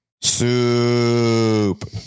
Soup